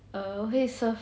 我会 serve